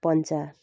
पन्चा